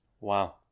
Wow